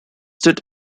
did